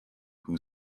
who